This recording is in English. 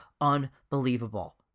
unbelievable